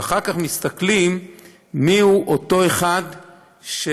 ואחר כך מסתכלים מי הוא אותו אחד שטרח